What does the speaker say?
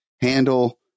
handle